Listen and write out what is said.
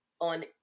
on